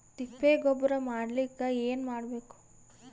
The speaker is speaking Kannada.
ತಿಪ್ಪೆ ಗೊಬ್ಬರ ಮಾಡಲಿಕ ಏನ್ ಮಾಡಬೇಕು?